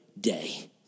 day